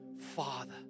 Father